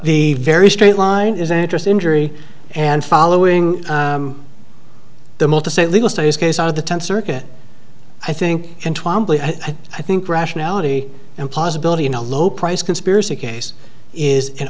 the very straight line is an interest injury and following the mall to say legal status case out of the tenth circuit i think i think rationality and possibility in a low price conspiracy case is an